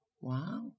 Wow